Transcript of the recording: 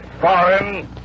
Foreign